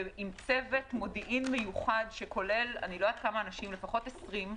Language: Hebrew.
ועם צוות מודיעין מיוחד שכולל לפחות 20 אנשים